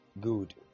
Good